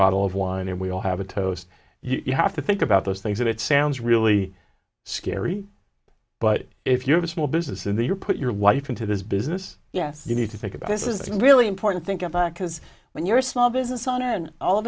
bottle of wine and we all have a toast you have to think about those things that sounds really scary but if you have a small business in the year put your wife into this business yes you need to think about this is really important think about because when you're a small business owner and all of